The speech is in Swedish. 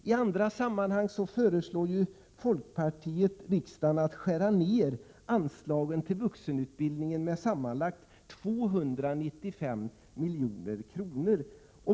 I andra sammanhang föreslår ju folkpartiet att riksdagen skall besluta om att skära ned anslagen till vuxenutbildningen med sammanlagt 295 milj.kr.